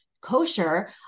kosher